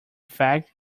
effect